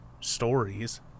stories